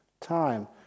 time